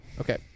Okay